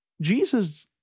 Jesus